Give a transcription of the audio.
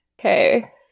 Okay